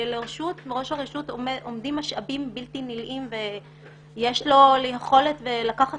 כאשר לרשות ראש הרשות עומדים משאבים בלתי נלאים ויש לו יכולת לקחת